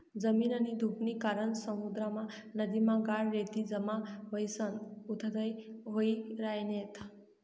जमीननी धुपनी कारण समुद्रमा, नदीमा गाळ, रेती जमा व्हयीसन उथ्थय व्हयी रायन्यात